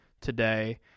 today